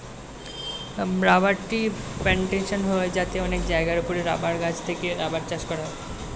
rubber tree plantation হয় যাতে অনেক জায়গার উপরে রাবার গাছ থেকে রাবার চাষ করা হয়